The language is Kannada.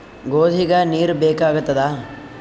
ಗೋಧಿಗ ನೀರ್ ಬೇಕಾಗತದ?